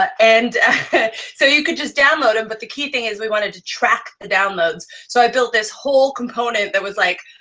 and so you can just download em, but the key thing is we wanted to track the downloads. so i built this whole component that was, like,